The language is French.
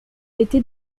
été